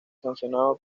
sancionado